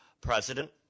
President